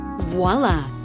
voila